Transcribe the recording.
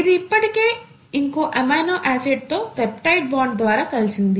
ఇది ఇప్పటికే ఇంకో ఎమినో ఆసిడ్ తో పెప్టైడ్ బాండ్ ద్వారా కలిసింది